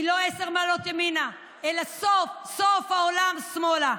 היא לא עשר מעלות ימינה, אלא סוף סוף העולם שמאלה.